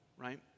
right